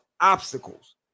obstacles